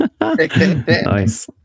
nice